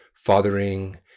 fathering